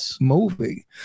movie